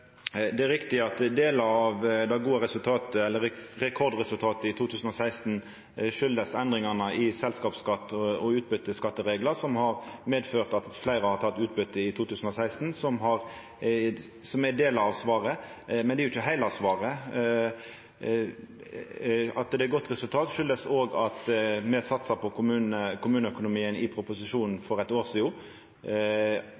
Det er riktig at delar av det gode resultatet –rekordresultatet – i 2016 kjem av endringane i selskapsskatten og utbyteskattereglane, som har medført at fleire tok utbyte i 2016. Det er delar av svaret, men det er ikkje heile svaret. At det var eit godt resultat, kjem òg av at me satsa på kommuneøkonomien i proposisjonen